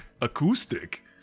Acoustic